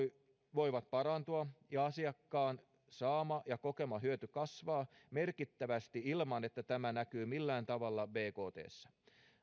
voivat parantua ja asiakkaan saama ja kokema hyöty kasvaa merkittävästi ilman että tämä näkyy millään tavalla bktssä